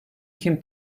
kim